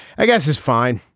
i guess is fine.